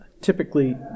typically